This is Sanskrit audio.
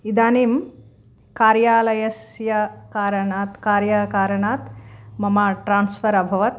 इदानीं कार्यालयस्य कारणात् कार्यकारणात् मम ट्रान्स्फर् अभवत्